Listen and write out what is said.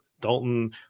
Dalton